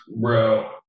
bro